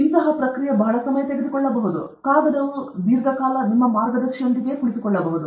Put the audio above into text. ಇದು ಬಹಳ ಸಮಯ ತೆಗೆದುಕೊಳ್ಳಬಹುದು ಕಾಗದವು ದೀರ್ಘಕಾಲ ನಿಮ್ಮ ಮಾರ್ಗದರ್ಶಿಯೊಂದಿಗೆ ಕುಳಿತುಕೊಳ್ಳಬಹುದು